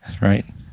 Right